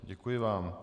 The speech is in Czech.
Děkuji vám.